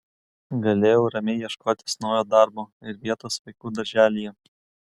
galėjau ramiai ieškotis naujo darbo ir vietos vaikų darželyje